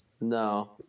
No